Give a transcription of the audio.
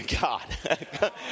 god